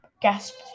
gasped